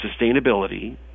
sustainability